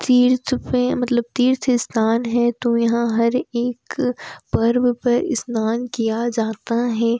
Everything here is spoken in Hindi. तीर्थ पर मतलब तीर्थ स्थान है तो यहाँ हर एक पर्व पर स्नान किया जाता है